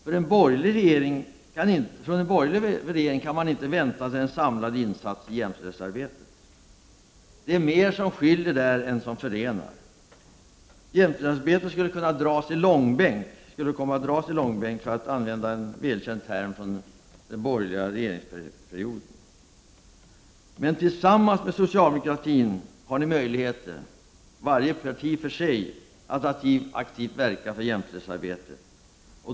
Från en borgerlig regering kan man inte vänta sig en samlad insats i jämställdhetsarbetet. Det är där mer som skiljer än som förenar. Jämställdhets arbetet skulle komma att dras i långbänk, för att använda en välkänd term från den borgerliga regeringsperioden. Men tillsammans med socialdemokratin har ni möjligheter — varje parti för sig — att aktivt medverka i jämställdhetsarbetet.